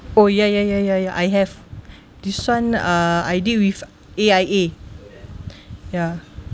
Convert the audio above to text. oh ya ya ya ya ya I have this [one] uh I did with A_I_A ya